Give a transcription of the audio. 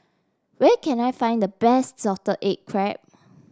where can I find the best Salted Egg Crab